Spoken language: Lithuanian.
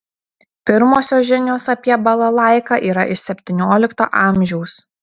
pirmosios žinios apie balalaiką yra iš septyniolikto amžiaus